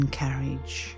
carriage